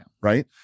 right